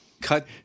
cut